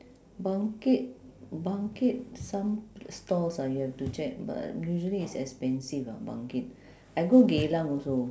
bangkit bangkit some stalls ah you have to check but usually it's expensive ah bangkit I go geylang also